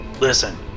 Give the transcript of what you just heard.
Listen